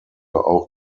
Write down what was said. auch